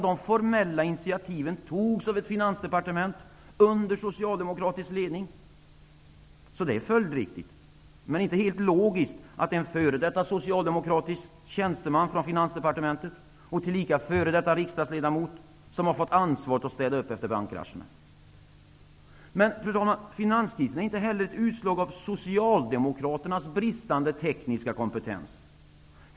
De formella initiativen togs av ett finansdepartement under socialdemokratisk ledning. Det är följdriktigt men inte helt logiskt att det är en f.d. socialdemokratisk tjänsteman från Finansdepartementet och tillika f.d. riksdagsledamot som har fått ansvaret att städa upp efter bankkrascherna. Fru talman! Finanskrisen är dock inte heller ett utslag av Socialdemokraternas bristande tekniska kompetens.